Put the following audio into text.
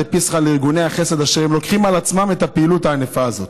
דפסחא לארגוני החסד אשר לוקחים על עצמם את הפעילות הענפה הזאת,